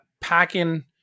packing